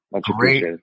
Great